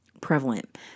prevalent